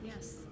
Yes